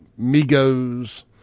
Migos